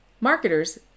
Marketers